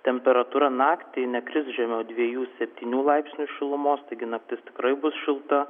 temperatūra naktį nekris žemiau dviejų septynių laipsnių šilumos taigi naktis tikrai bus šilta